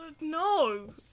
No